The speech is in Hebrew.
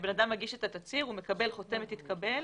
כשבן אדם מגיש את התצהיר, הוא מקבל חותמת התקבל